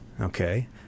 Okay